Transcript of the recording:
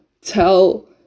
tell